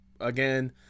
again